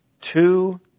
two